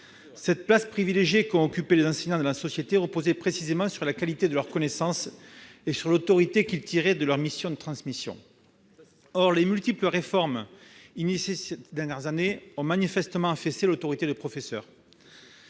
! La place privilégiée qu'ont occupée les enseignants dans la société reposait précisément sur la qualité de leurs connaissances et sur l'autorité qu'ils tiraient de leur mission de transmission. C'est certain ! Les multiples reformes engagée ces dernières années ont manifestement affaissé l'autorité des professeurs.